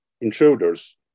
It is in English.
intruders